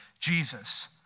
Jesus